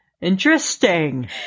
Interesting